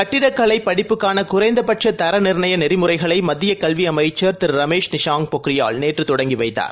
கட்டிடக் கலைபடிப்புக்கானகுறைந்தபட்சதர நிர்ணய நெறிமுறைகளைமத்தியகல்விஅமைச்சர் திரு் ரமேஷ் நிஷாங்க் பொக்ரியால் நேற்றுதொடங்கிவைத்தார்